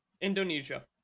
Indonesia